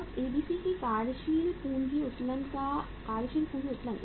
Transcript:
अब एबीसी की कार्यशील पूंजी उत्तोलन का कार्यशील पूंजी उत्तोलन